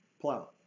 Plow